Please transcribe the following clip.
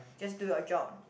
just do your job